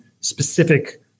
specific